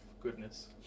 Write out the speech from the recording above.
goodness